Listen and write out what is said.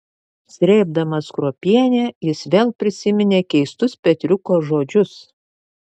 srėbdamas kruopienę jis vėl prisiminė keistus petriuko žodžius